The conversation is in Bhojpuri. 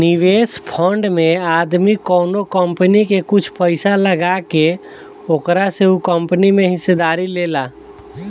निवेश फंड में आदमी कवनो कंपनी में कुछ पइसा लगा के ओकरा से उ कंपनी में हिस्सेदारी लेला